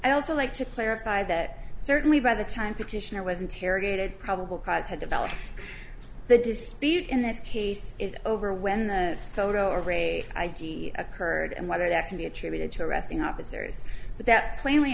i'd also like to clarify that certainly by the time petitioner wasn't here gaited probable cause had developed the dispute in this case is over when the photo array idea occurred and whether that can be attributed to arresting officers that plainly